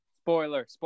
spoiler